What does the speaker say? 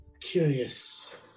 curious